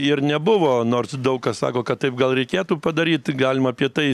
ir nebuvo nors daug kas sako kad taip gal reikėtų padaryt galim apie tai